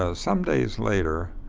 ah some days later,